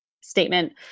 statement